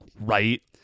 right